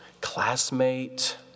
Classmate